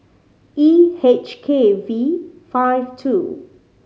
E H K V five two